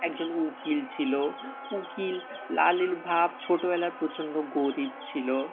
একজন উকিল ছিল উকিল লালুর বাপ ছোটোবেলার প্রচণ্ড গরিব ছিল